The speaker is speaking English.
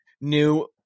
new